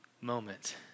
moment